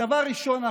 הדבר הראשון,